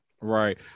Right